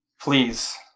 Please